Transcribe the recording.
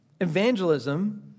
evangelism